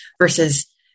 versus